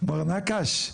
מר נקש.